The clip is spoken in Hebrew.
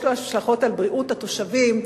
יש לו השלכות על בריאות התושבים,